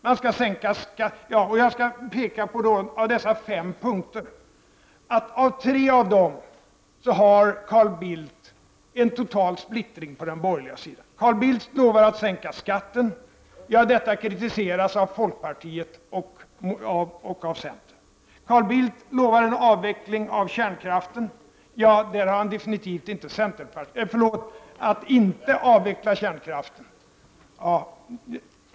Låt mig peka på att Carl Bildt när det gäller tre av dessa fem punkter möter en total splittring på den borgerliga sidan. Carl Bildt lovar att sänka skatten, och detta kritiseras av folkpartiet och av centern. Carl Bildt lovar en avveckling av kärnkraften — förlåt, att inte avveckla kärnkraften.